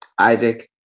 Isaac